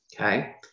Okay